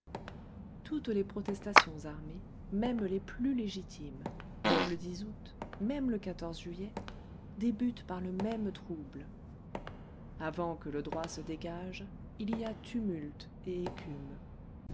toutes les protestations armées même les plus légitimes même le août même le juillet débutent par le même trouble avant que le droit se dégage il y a tumulte et écume